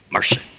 Mercy